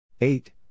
Eight